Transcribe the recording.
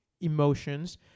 emotions